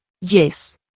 Yes